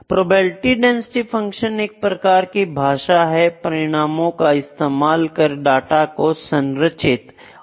probability density function एक प्रकार की भाषा है परिणामों का इस्तेमाल कर डाटा को संरचित और संगठित कर सकते हैं